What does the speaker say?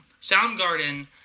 Soundgarden